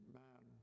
man